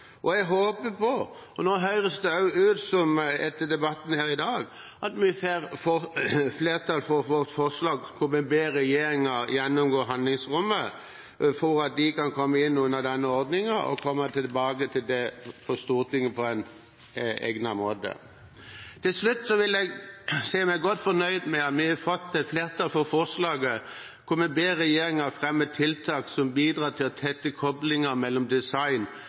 skipsverft. Jeg håper på – og nå høres det også slik ut i debatten her i dag – at vi får flertall for vårt forslag hvor vi ber regjeringen gjennomgå handlingsrommet for at de kan komme inn under den ordningen, og komme tilbake til Stortinget med det på egnet måte. Til slutt vil jeg si meg godt fornøyd med at vi har fått et flertall for forslaget der vi ber regjeringen fremme tiltak som bidrar til tettere kobling mellom design-